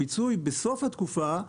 הפיצוי בסוף התקופה,